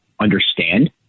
understand